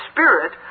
Spirit